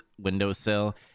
windowsill